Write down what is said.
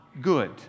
good